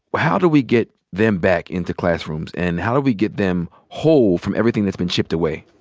how do we get them back into classrooms? and how do we get them whole from everything that's been chipped away?